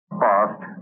past